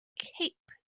cape